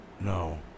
No